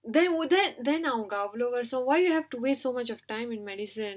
they wouldn't that then அவங்க அவ்ளோ வேல செஞ்சா:avanga avlo vela senja so why you have to waste so much of time in medicine